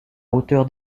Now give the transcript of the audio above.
hauteur